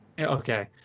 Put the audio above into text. Okay